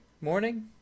morning